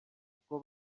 uko